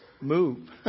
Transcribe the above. move